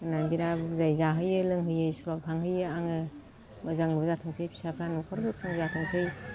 होननानै बेराद बुजायो जाहोयो लोंहोयो स्कुलाव थांहोयो आङो मोजांल' जाथोंसै फिसाफ्रा न'खर गोख्रों जाथोंसै